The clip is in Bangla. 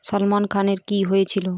সলমন খানের কী হয়েছিল